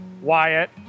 Wyatt